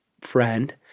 friend